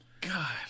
God